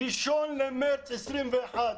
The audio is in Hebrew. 1 במארס 2021,